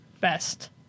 Best